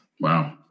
Wow